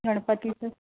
गणपतीचं